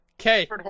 Okay